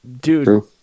Dude